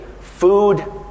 food